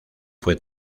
fue